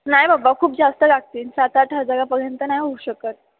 नाही बाबा खूप जास्त लागतील सात आठ हजारापर्यंत नाही होऊ शकत